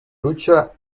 lucha